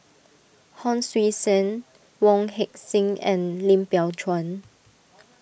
Hon Sui Sen Wong Heck Sing and Lim Biow Chuan